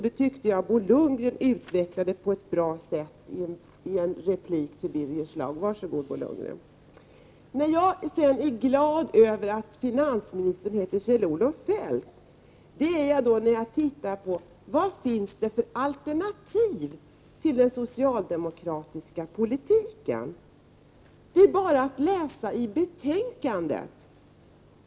Det tyckte jag att Bo Lundgren utvecklade på ett bra sätt i en replik till Birger Schlaug — var så god, Bo Lundgren! Jag är glad över att finansministern heter Kjell-Olof Feldt när jag tittar på vilka alternativ som finns till den socialdemokratiska politiken. Det är bara att läsa i betänkandet.